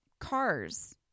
cars